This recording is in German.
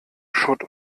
schutt